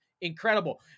incredible